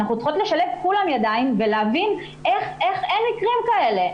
אנחנו צריכות לשלב כולנו ידיים ולהבין איך אין מקרים כאלה.